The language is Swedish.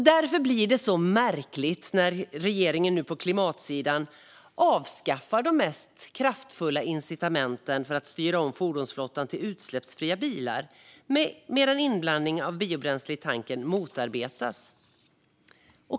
Därför är det så märkligt att regeringen avskaffar de mest kraftfulla incitamenten för att styra om fordonsflottan till utsläppsfria bilar och motarbetar inblandning av biobränsle i tanken.